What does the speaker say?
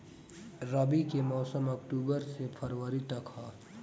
रबी के मौसम अक्टूबर से फ़रवरी तक ह